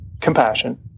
compassion